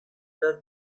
the